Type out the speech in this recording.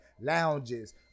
lounges